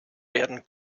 werden